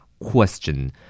Question